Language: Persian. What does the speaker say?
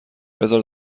بذار